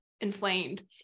inflamed